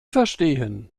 verstehen